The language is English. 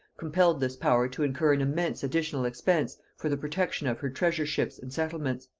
compelled this power to incur an immense additional expense for the protection of her treasure-ships and settlements.